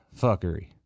fuckery